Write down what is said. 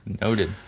Noted